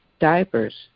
diapers